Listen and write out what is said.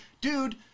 dude